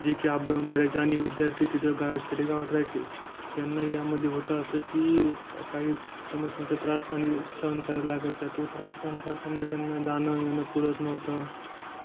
जे की अपडाऊन करायचे आणि विद्यार्थी तिथं गा खेडेगावात राहायचे त्यांना यामध्ये होतं असं की काही समस्यांचा त्रास आणि सहन करायला लागायचं तो त्रास सहन करताना त्यांना जाणं येणं पुरत नव्हतं